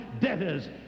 debtors